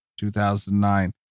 2009